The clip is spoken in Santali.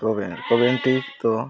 ᱫᱚ